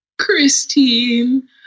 Christine